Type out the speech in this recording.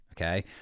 Okay